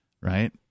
right